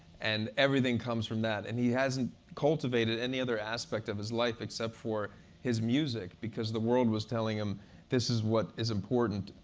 and everything comes from that. and he hasn't cultivated any other aspect of his life except for his music. because the world was telling him this is what is important.